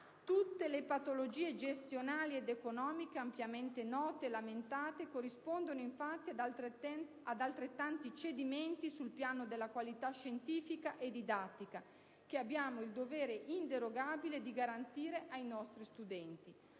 Tutte le patologie gestionali ed economiche ampiamente note e lamentate corrispondono infatti ad altrettanti cedimenti sul piano della qualità scientifica e didattica, che abbiamo il dovere inderogabile di garantire ai nostri studenti.